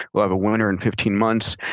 we'll have a winner in fifteen months.